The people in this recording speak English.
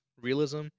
realism